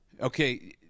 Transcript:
Okay